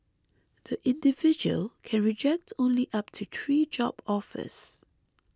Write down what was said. the individual can reject only up to three job offers